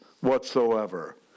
whatsoever